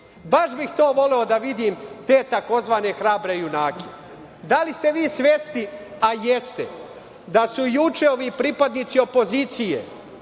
Baš bih to voleo da vidim, te tzv. hrabre junake. Da li ste vi svesni, a jeste, da su juče ovi pripadnici opozicije